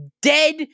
dead